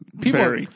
people